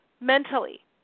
mentally